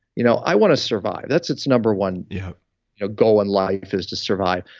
you know i want to survive. that's its number one yeah you know goal in life, is to survive.